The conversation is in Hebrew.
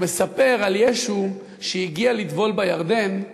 הוא מספר על ישו שהגיע לטבול בירדן.